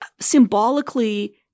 symbolically